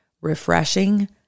Refreshing